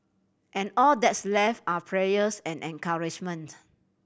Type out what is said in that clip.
and all that's left are prayers and encouragement